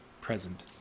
present